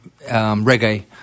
reggae